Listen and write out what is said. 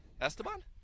Esteban